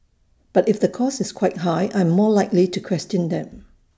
but if the cost is quite high I am more likely to question them